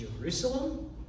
Jerusalem